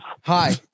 Hi